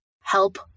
help